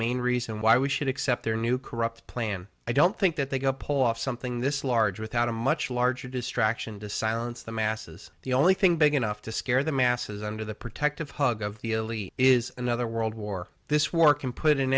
main reason why we should accept their new corrupt plan i don't think that they go pull off something this large without a much larger distraction to silence the masses the only thing big enough to scare the masses under the protective hug of the elite is another world war this war can put an